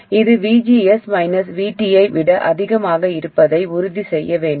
இது VGS VT ஐ விட அதிகமாக இருப்பதை உறுதி செய்ய வேண்டும்